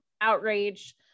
outrage